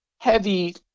heavy